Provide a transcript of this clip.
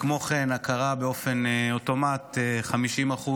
כמו כן' הכרה באופן אוטומטי ב-50%